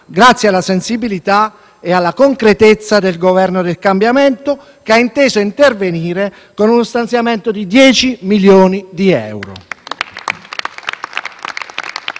grazie alla sensibilità e alla concretezza del Governo del cambiamento, che ha inteso intervenire con uno stanziamento di 10 milioni di euro.